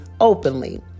openly